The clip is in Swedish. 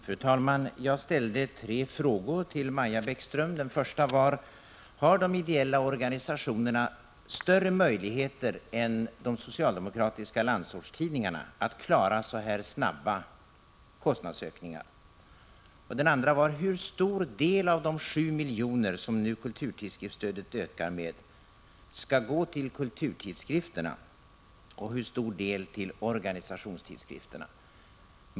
Fru talman! Jag ställde tre frågor till Maja Bäckström. Den första var: Har de ideella organisationerna större möjligheter än de socialdemokratiska landsortstidningarna att klara så här stora och snabba kostnadsökningar? Den andra var: Hur stor del av de sju miljoner, som nu kulturtidskriftsstödet ökar med, skall gå till kulturtidskrifterna och hur stor del till organisationstidskrifterna?